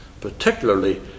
particularly